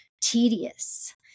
tedious